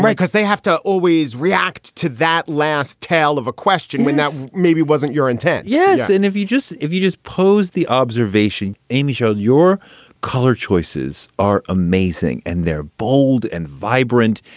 because they have to always react to that last tale of a question when that maybe wasn't your intent. yes and if you just if you just pose the observation amy showed, your color choices are amazing and they're bold and vibrant.